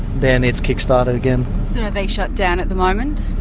then it's kick started again. so are they shut down at the moment?